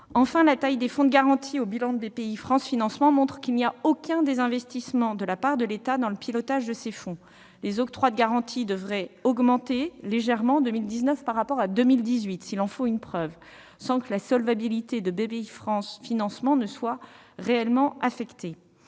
Enfin, la taille des fonds de garantie au bilan de Bpifrance Financement montre qu'il n'y a aucun désinvestissement de la part de l'État dans le pilotage de ces fonds. Les octrois de garantie devraient d'ailleurs légèrement augmenter en 2019 par rapport à 2018, sans que la solvabilité de Bpifrance Financement en soit réellement affectée.